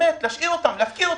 להשאיר אותם, להפקיר אותם.